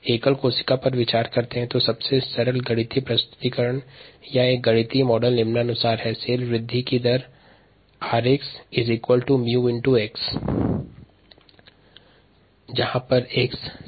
एकल कोशिका के सन्दर्भ में सबसे सरलतम गणितीय प्रस्तुतिकरण या मॉडल निम्नानुसार है कोशिका वृद्धि की दर 𝑟𝑥 𝜇𝑥 के अनुपातिक होता है जहाँ 𝑥 कोशिका की सांद्रता है